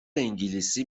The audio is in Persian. انگلیسی